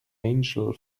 angel